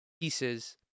pieces